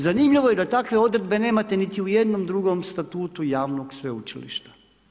Zanimljivo je da takve odredbe nemate niti u jednom drugom statutu javnog sveučilišta.